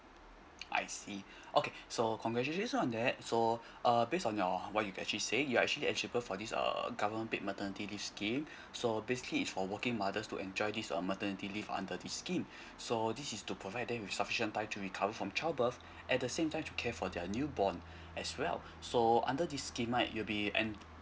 I see okay so congratulations on that so uh based on your what you actually said you're actually achieve for this uh government paid maternity leave scheme so basically is for working mothers to enjoy this on maternity leave under this scheme so this is to provide them with sufficient time to recover from child birth and the same time to care for their new born as well so under this schema you will be